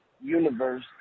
universe